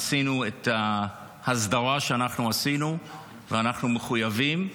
עשינו את ההסדרה שעשינו, ואנחנו מחויבים.